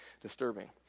disturbing